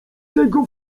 tego